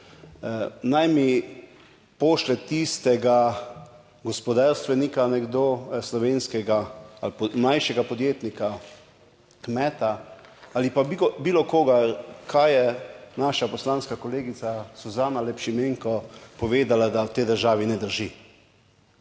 naj mi pošlje tistega gospodarstvenika nekdo, slovenskega, ali pa mlajšega podjetnika, kmeta ali pa bi bilo koga, kaj je naša poslanska kolegica Suzana Lep Šimenko povedala, da v tej državi ne drži.